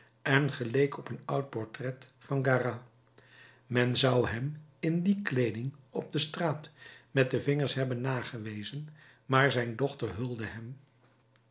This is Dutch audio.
en geleek op een oud portret van garat men zou hem in die kleeding op de straat met de vingers hebben nagewezen maar zijn dochter hulde hem